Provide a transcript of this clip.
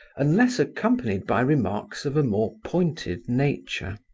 unless accompanied by remarks of a more pointed nature.